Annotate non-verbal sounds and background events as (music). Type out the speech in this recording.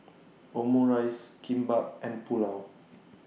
(noise) Omurice Kimbap and Pulao